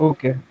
Okay